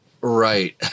Right